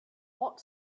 what